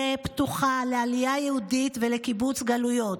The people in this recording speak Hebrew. פתוחה לעלייה יהודית ולקיבוץ גלויות,